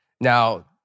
now